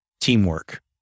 teamwork